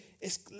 Es